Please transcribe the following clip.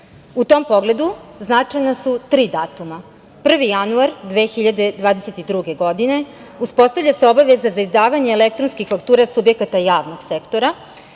U tom pogledu značajna su tri datuma: 1. januara 2022. godine – uspostavlja se obaveza za izdavanje elektronskih faktura subjekata javnog sektora;